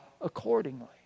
accordingly